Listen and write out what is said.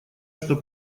что